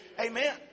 Amen